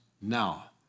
now